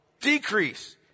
Decrease